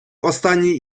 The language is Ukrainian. останній